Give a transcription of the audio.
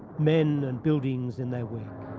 men, and buildings in their wake.